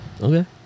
Okay